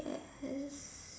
yes